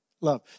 love